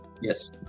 yes